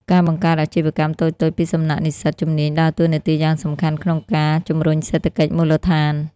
ការបង្កើតអាជីវកម្មតូចៗពីសំណាក់និស្សិតជំនាញដើរតួនាទីយ៉ាងសំខាន់ក្នុងការ ជំរុញសេដ្ឋកិច្ចមូលដ្ឋាន។